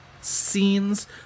scenes